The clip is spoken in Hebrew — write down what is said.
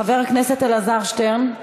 חבר הכנסת אלעזר שטרן,